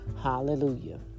Hallelujah